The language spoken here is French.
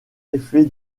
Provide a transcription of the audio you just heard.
effets